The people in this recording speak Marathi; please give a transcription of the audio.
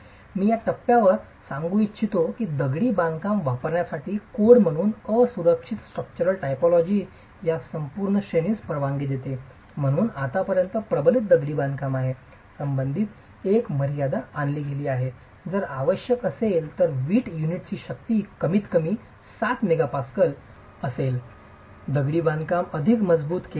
मी या टप्प्यावर सांगू इच्छितो की दगडी बांधकाम वापरण्यासाठी कोड म्हणून असुरक्षित स्ट्रक्चरल टायपोलॉजी या संपूर्ण श्रेणीस परवानगी देते म्हणून आतापर्यंत प्रबलित दगडी बांधकाम आहे संबंधित एक मर्यादा आणली गेली आहे जर आवश्यक असेल तर वीट युनिटची शक्ती कमीतकमी 7 MPa असेल दगडी बांधकाम अधिक मजबूत केले जाईल